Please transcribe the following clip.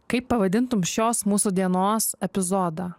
kaip pavadintum šios mūsų dienos epizodą